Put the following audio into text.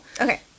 Okay